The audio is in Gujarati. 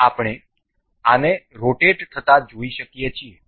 તેથી આપણે આને રોટેટ થતા જોઈ શકીએ છીએ